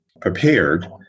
prepared